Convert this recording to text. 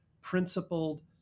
principled